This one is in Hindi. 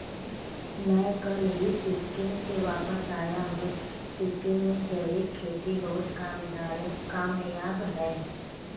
मैं कल ही सिक्किम से वापस आया हूं सिक्किम में जैविक खेती बहुत कामयाब है